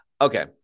Okay